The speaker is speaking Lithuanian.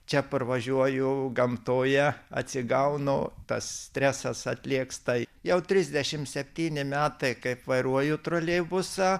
čia parvažiuoju gamtoje atsigaunu tas stresas atlėgs tai jau trisdešimt septyni metai kaip vairuoju troleibusą